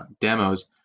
demos